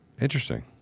Interesting